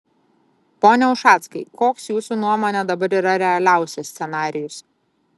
pone ušackai koks jūsų nuomone dabar yra realiausias scenarijus